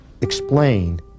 explain